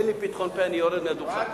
אין לי פתחון פה, אני יורד מהדוכן.